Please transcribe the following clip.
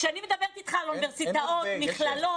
כשאני מדברת אתך על אוניברסיטאות, מכללות.